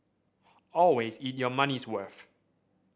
always eat your money's worth